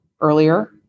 earlier